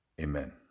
Amen